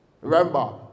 Remember